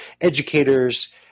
educators